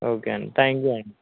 okay అండి thank you అండి